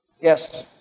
Yes